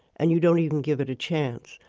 and you don't even give it a chance.